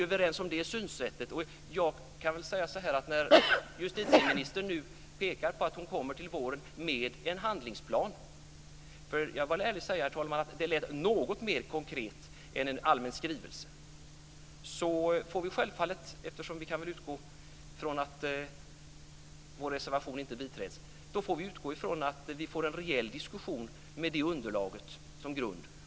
När justitieministern nu pekade på att hon till våren kommer med en handlingsplan, vill jag ärligt säga att det lät något mer konkret än en allmän skrivelse. Eftersom vi kan utgå från att vår reservation inte blir bifallen får vi utgå från att vi får en rejäl diskussion med det underlaget som grund.